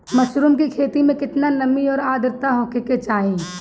Mushroom की खेती में केतना नमी और आद्रता होखे के चाही?